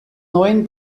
neuen